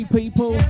people